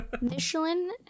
Michelin